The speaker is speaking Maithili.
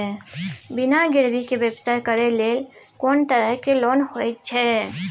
बिना गिरवी के व्यवसाय करै ले कोन तरह के लोन होए छै?